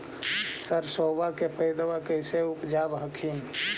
सरसोबा के पायदबा कैसे उपजाब हखिन?